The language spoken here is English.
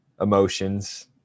emotions